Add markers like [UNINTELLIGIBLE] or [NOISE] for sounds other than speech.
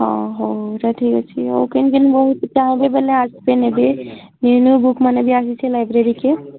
ହଁ ହଉ ସାର୍ ଠିକ୍ ଅଛି ଆଉ କିନ୍ କିନ୍ [UNINTELLIGIBLE] ବୋଲେ ଆସି [UNINTELLIGIBLE] ନିୟୁ ନିୟୁ ବୁକ୍ ମାନେ ବି ଆସିଛେ ଲାଇବେରିକେ